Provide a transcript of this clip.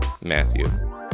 Matthew